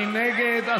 מי נגד?